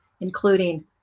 including